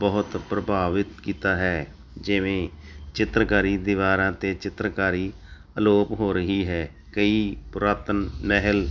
ਬਹੁਤ ਪ੍ਰਭਾਵਿਤ ਕੀਤਾ ਹੈ ਜਿਵੇਂ ਚਿੱਤਰਕਾਰੀ ਦੀਵਾਰਾਂ 'ਤੇ ਚਿੱਤਰਕਾਰੀ ਅਲੋਪ ਹੋ ਰਹੀ ਹੈ ਕਈ ਪੁਰਾਤਨ ਮਹਿਲ